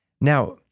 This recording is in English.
Now